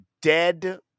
dead